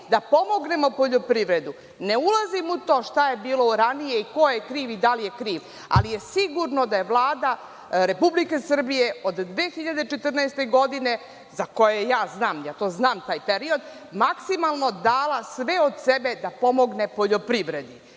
da pomognemo poljoprivredu. Ne ulazim u to šta je bilo ranije, ko je kriv i da li je kriv, ali je sigurno da je Vlada Republike Srbije od 2014. godine, za koje ja znam, ja znam taj period, maksimalno dala od sebe da pomognem poljoprivredi,